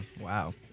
wow